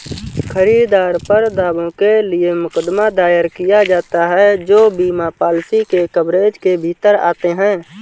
खरीदार पर दावों के लिए मुकदमा दायर किया जाता है जो बीमा पॉलिसी के कवरेज के भीतर आते हैं